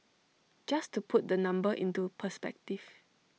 just to put the number into perspective